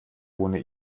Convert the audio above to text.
ohne